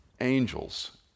angels